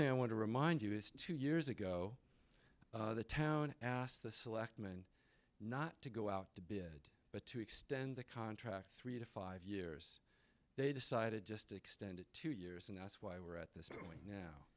thing i want to remind you is two years ago the town asked the selectmen not to go out to bid but to extend the contract three to five years they decided just to extend it two years and that's why we're at this point now